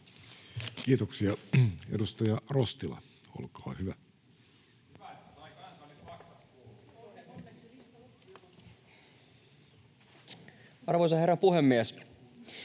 Kiitoksia. — Edustaja Lyly, olkaa hyvä. Arvoisa puhemies!